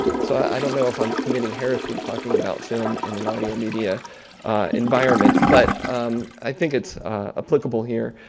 so, i don't know if i'm committing heresy talking about film in an audio media environment, but i think it's applicable here.